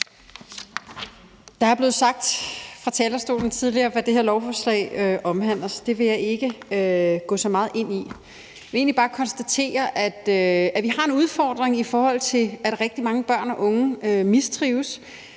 tidligere blev sagt her fra talerstolen, hvad det her lovforslag omhandler, så det vil jeg ikke gå så meget ind i. Jeg vil egentlig bare konstatere, at vi har en udfordring, i forhold til at rigtig mange børn og unge mistrives,